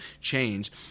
change